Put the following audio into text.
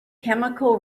chemical